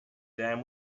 dam